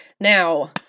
Now